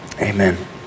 Amen